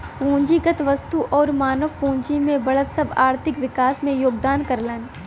पूंजीगत वस्तु आउर मानव पूंजी में बढ़त सब आर्थिक विकास में योगदान करलन